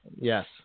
Yes